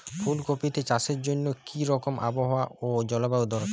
ফুল কপিতে চাষের জন্য কি রকম আবহাওয়া ও জলবায়ু দরকার?